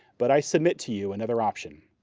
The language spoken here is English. but i submit to you another option.